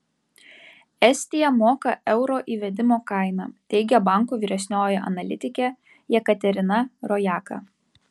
estija moka euro įvedimo kainą teigia banko vyresnioji analitikė jekaterina rojaka